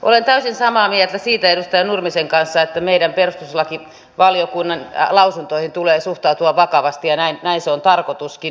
olen täysin samaa mieltä edustaja nurmisen kanssa siitä että meidän perustuslakivaliokunnan lausuntoihin tulee suhtautua vakavasti ja näin on tarkoituskin